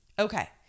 Okay